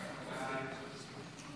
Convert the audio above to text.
נתקבלו.